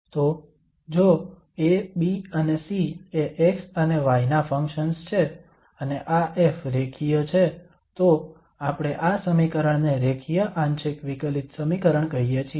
તો જો A B અને C એ x અને y ના ફંક્શન્સ છે અને આ F રેખીય છે તો આપણે આ સમીકરણને રેખીય આંશિક વિકલિત સમીકરણ કહીએ છીએ